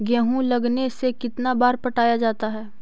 गेहूं लगने से कितना बार पटाया जाता है?